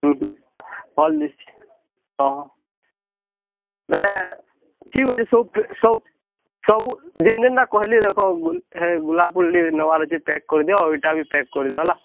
ଉଁ ହୁଁ ଭଲ୍ ଦିଶ୍ଛି ହଁ ବୋଲେ ଠିକ୍ ଅଛି ସବୁ ସବୁ ସବୁ ଯିନ୍ ଯେନ୍ଟା କହିଲି ଦେଖ ବୋଲେ ଗୁଲାପ ଫୁଲ୍ଟେ ନେବାର ଅଛି ପ୍ୟାକ୍ କରିଦିଅ ଏଇଚା ବି ପ୍ୟାକ୍ କରିଦିଅ ହେଲା